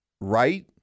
right